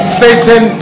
satan